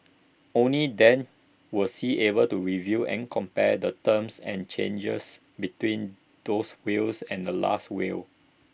only then was he able to review and compare the terms and changes between those wills and the Last Will